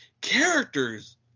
characters